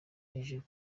hejuru